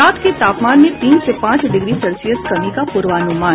रात के तापमान में तीन से पांच डिग्री सेल्सियस कमी का पूर्वानुमान